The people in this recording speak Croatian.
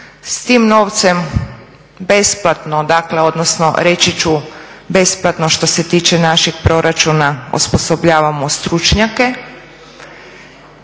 s tim novcem besplatno dakle, odnosno reći ću besplatno što se tiče našeg proračuna osposobljavamo stručnjake